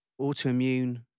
autoimmune